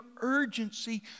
urgency